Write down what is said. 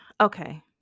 okay